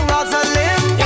Rosalind